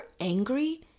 angry